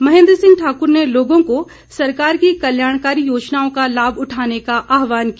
महेन्द्र सिंह ठाकुर ने लोगों को सरकार की कल्याणकारी योजनाओं का लाभ उठाने का आह्वान किया